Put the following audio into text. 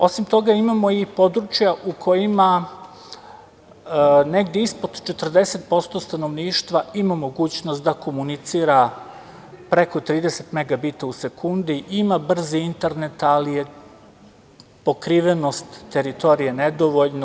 Osim toga imamo i područja u kojima negde ispod 40% stanovništva ima mogućnost da komunicira preko 30 MB u sekundi, ima brzi internet, ali je pokrivenost teritorije nedovoljna.